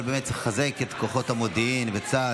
אבל באמת צריך לחזק את כוחות המודיעין ואת צה"ל,